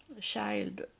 child